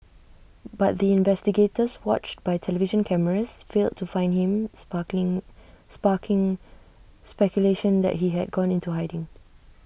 but the investigators watched by television cameras failed to find him sparking sparking speculation that he had gone into hiding